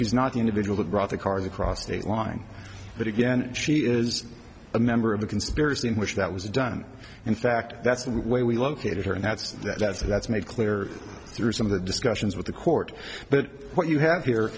she's not the individual that brought the car the crossed state line but again she is a member of the conspiracy in which that was done in fact that's the way we located her and that's that's a that's made clear through some of the discussions with the court but what you have here